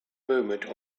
movement